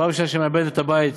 את הבית,